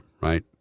right